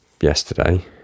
...yesterday